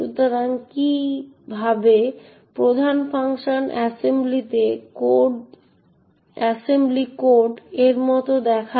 সুতরাং কি কিভাবে প্রধান ফাংশন অ্যাসেম্বলি কোড এর মত দেখায়